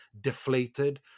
deflated